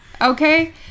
Okay